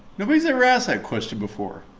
nobody has ever asked that question before?